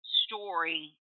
story